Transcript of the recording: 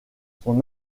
son